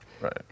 Right